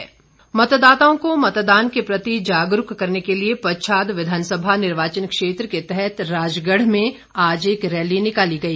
SVEEP मतदाताओं को मतदान के प्रति जागरूक करने के लिए पच्छाद विधानसभा निर्वाचन क्षेत्र के तहत राजगढ़ में आज एक रैली निकाली गई